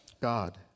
God